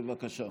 בבקשה.